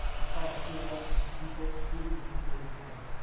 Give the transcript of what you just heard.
and saw the silhouettes of some people through the main bay window.